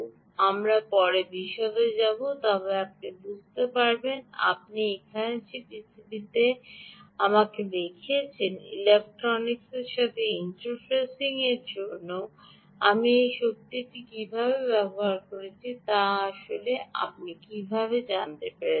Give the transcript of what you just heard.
আমরা পরে বিশদে যাব তবে আপনি বুঝতে পারবেন আপনি এখানে যে পিসিবিতে আপনাকে দেখিয়েছি ইলেক্ট্রনিক্সের সাথে ইন্টারফেসিংয়ের জন্য আপনি এই শক্তিটি কীভাবে ব্যবহার করেছিলেন তা আসলে আপনি কীভাবে জানতে পেরেছিলেন